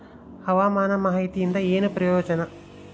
ಹವಾಮಾನ ಮಾಹಿತಿಯಿಂದ ಏನು ಪ್ರಯೋಜನ?